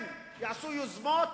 הם יעשו יוזמות,